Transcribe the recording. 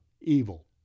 evil